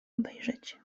obejrzeć